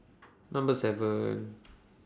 Number seven